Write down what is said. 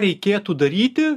reikėtų daryti